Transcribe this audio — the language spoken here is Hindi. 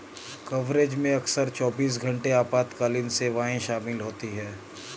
कवरेज में अक्सर चौबीस घंटे आपातकालीन सेवाएं शामिल होती हैं